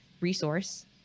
resource